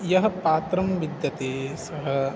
यः पात्रं विद्यते सः